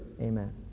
Amen